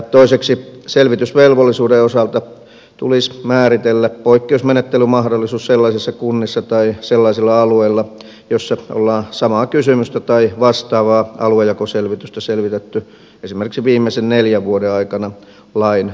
toiseksi selvitysvelvollisuuden osalta tulisi määritellä poikkeusmenettelymahdollisuus sellaisissa kunnissa tai sellaisilla alueilla missä ollaan samaa kysymystä tai vastaavaa aluejakoselvitystä selvitetty esimerkiksi viimeisen neljän vuoden aikana lain voimaantulosta